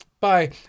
bye